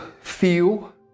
feel